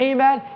Amen